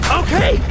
okay